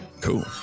Cool